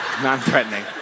Non-threatening